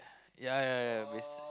yeah yeah yeah base